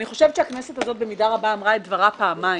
אני חושבת שהכנסת הזו במידה רבה אמרה את דברה פעמיים